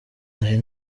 hari